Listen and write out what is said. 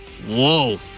Whoa